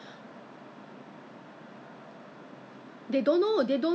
I think the Philippines brand one 不懂叫什么在 err Lucky Plaza